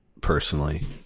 personally